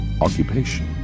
Occupation